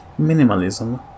Minimalism